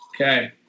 Okay